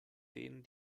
denen